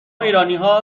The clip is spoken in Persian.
ایرانیها